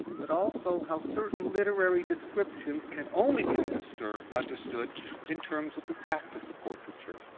but also how certain literary descriptions can only be understood understood in terms of the practice of portraiture.